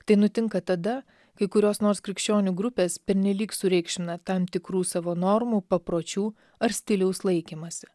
tai nutinka tada kai kurios nors krikščionių grupės pernelyg sureikšmina tam tikrų savo normų papročių ar stiliaus laikymąsi